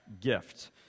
gift